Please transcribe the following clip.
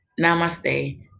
Namaste